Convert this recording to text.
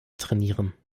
trainieren